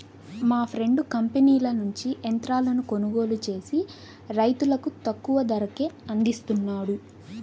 మా ఫ్రెండు కంపెనీల నుంచి యంత్రాలను కొనుగోలు చేసి రైతులకు తక్కువ ధరకే అందిస్తున్నాడు